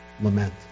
lament